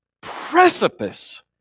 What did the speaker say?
precipice